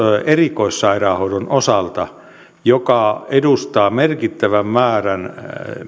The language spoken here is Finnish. erikoissairaanhoidon osalta joka muodostaa merkittävän määrän